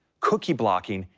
cookie blocking,